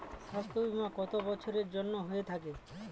স্বাস্থ্যবীমা কত বছরের জন্য হয়ে থাকে?